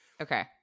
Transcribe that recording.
Okay